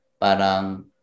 parang